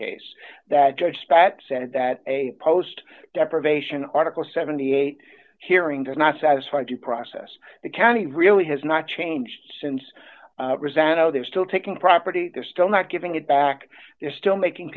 case that judge spat said that a post deprivation article seventy eight hearing does not satisfy due process the county really has not changed since resent no they're still taking property they're still not giving it back they're still making